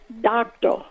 doctor